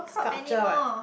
sculpture what